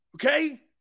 Okay